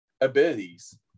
Abilities